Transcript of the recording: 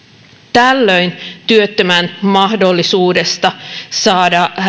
tällöin työttömän mahdollisuudesta saada